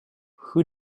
who